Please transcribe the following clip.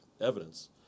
evidence